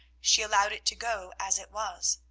she allowed it to go as it was.